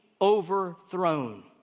overthrown